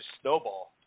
snowball